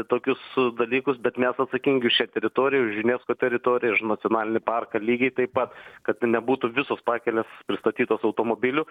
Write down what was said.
tokius dalykus bet mes atsakingi už šią teritoriją už unesco teritoriją už nacionalinį parką ir lygiai taip pat kad nebūtų visos pakelės pristatytos automobilių